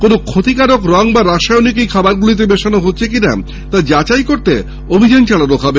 কোনো ক্ষতিকারক রং বা রাসায়নিক এই খাবারগুলিতে মেশানো হচ্ছে কিনা তা যাচাই করতে অভিযান চালানো হবে